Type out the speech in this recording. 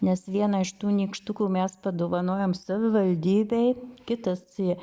nes vieną iš tų nykštukų mes padovanojom savivaldybei kitas į